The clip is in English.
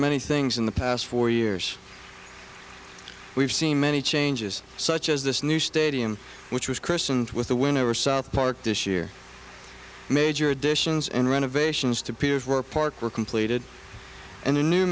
many things in the past four years we've seen many changes such as this new stadium which was christened with the win over south park this year major additions and renovations to peers were parked were completed and the new